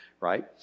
Right